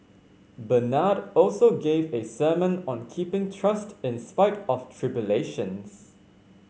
Bernard also gave a sermon on keeping trust in spite of tribulations